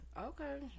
Okay